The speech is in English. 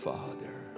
Father